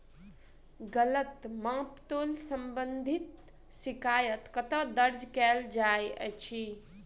गलत माप तोल संबंधी शिकायत कतह दर्ज कैल जाइत अछि?